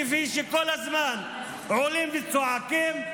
כפי שכל הזמן עולים וצועקים,